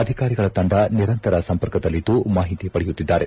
ಅಧಿಕಾರಿಗಳ ತಂಡ ನಿರಂತರ ಸಂಪರ್ಕದಲ್ಲಿದ್ದು ಮಾಹಿತಿ ಪಡೆಯುತ್ತಿದ್ದಾರೆ